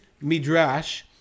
Midrash